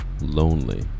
lonely